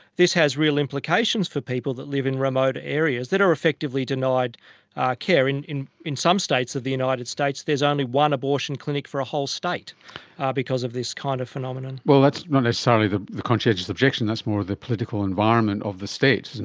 this has real implications for people that live in remote areas that are effectively denied care. in in some states of the united states there is only one abortion clinic for a whole state ah because of this kind of phenomenon. well, that's not necessarily the the conscientious objection, that's more the political environment of the states, isn't